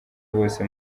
bose